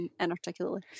inarticulately